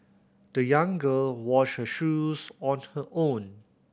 the young girl washed her shoes on her own